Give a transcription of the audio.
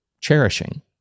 cherishing